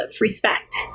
respect